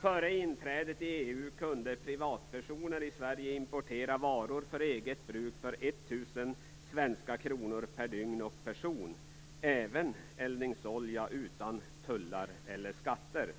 Före inträdet i EU kunde privatpersoner i Sverige importera varor för eget bruk för 1 000 svenska kronor per dygn och person - även eldningsolja - utan tullar eller skatter.